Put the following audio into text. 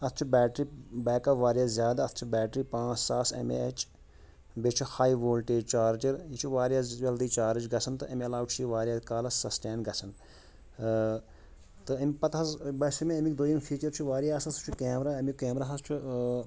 اَتھ چھُ battery backup واریاہ زیادٕ اَتھ چھِ بیٹری پانٛژھ ساس ایم اے ایٚچ بیٚیہِ چھُ ہاے وولٹیج چارجر یہِ چھُ واریاہ جلدی چارٕج گژھان تہٕ امہِ علاوٕ چھُ یہِ واریاہ کالَس سَسٹین گژھان ٲں تہٕ امہِ پتہٕ حظ باسیٚو مےٚ اَمیُک دوٚیِم فیٖچر چھُ واریاہ اصل سُہ چھُ کیمرہ امیُک کیمرہ حظ چھُ ٲں